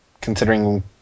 considering